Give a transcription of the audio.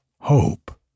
hope